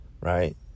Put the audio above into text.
Right